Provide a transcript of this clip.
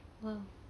!wow!